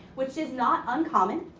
which is not uncommon.